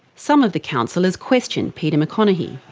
some of the councillors questioned peter maconachie.